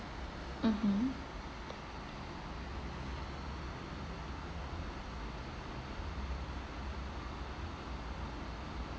mmhmm